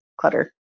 clutter